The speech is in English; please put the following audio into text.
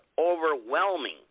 overwhelming